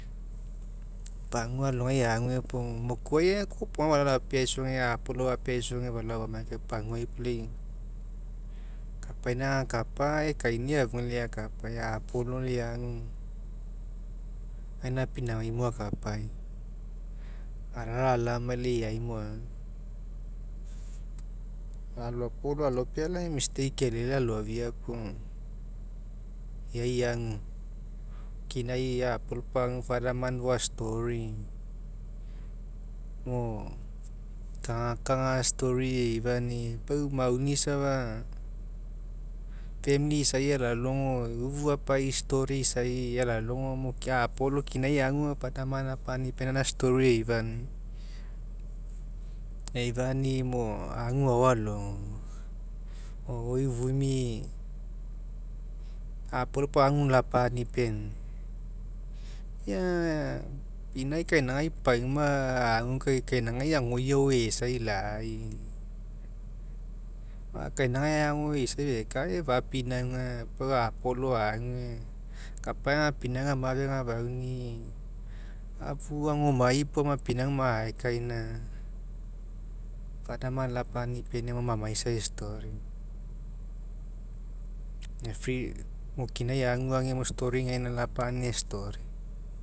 Pagua alogai ague puo, mokuai aga kopoga falao fapeaisoge gae a'apolo apeaisoge falao famai kai lai paguai puo lai kapaina agakapa aga ekainia afugai lai agakapa a'apolo agu gaina pinaugai mo akapai alalao alamai lai eaimo agu. Aloapolo alopealai aga mistake e'elelai aloafia puo lai e'ai agu kinai apolo puo agu father man fou a'story mo kagakaga story eifani'i pau mauni safa famili isai alalogo apanstory isa alalogo mo a'apolo kinai agu father man apa'ani penia gaina story eifania eifani'i mo agu ao alogo oi ufumi apolo puo agu lapa'ani penia ia inae kainagai pauma agu kai kainagai agoi ao eaisai lai kainagai ago ao eaisai fekae fapinauga pau a'apolo ague kapai agapinauga mafe agafauni'i afuagomai puo aga pinauga aoma aekainia father man lapa'ani penia aga mamaisai e'story e'free mo kinai aguagwmo story gaina lapa'ani e'story